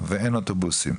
ואין אוטובוסים.